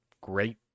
great